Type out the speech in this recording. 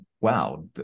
wow